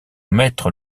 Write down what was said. mettre